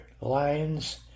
lions